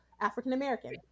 African-American